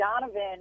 Donovan